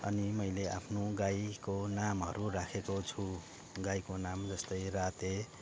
अनि मैले आफ्नो गाईको नामहरू राखेको छु गाईको नाम जस्तै राते